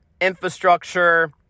infrastructure